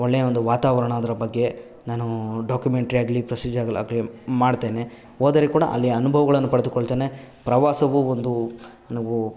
ಒಳ್ಳೆಯ ಒಂದು ವಾತಾವರಣಾದ ಬಗ್ಗೆ ನಾನೂ ಡಾಕ್ಯುಮೆಂಟ್ರಿ ಆಗಲಿ ಪ್ರೊಸಿಜಗ್ಲ್ ಆಗಲಿ ಮಾಡ್ತೇನೆ ಹೋದರೆ ಕೂಡ ಅಲ್ಲಿಯ ಅನುಭವಗಳನ್ನು ಪಡೆದುಕೊಳ್ತೇನೆ ಪ್ರವಾಸವು ಒಂದು ನನಗೂ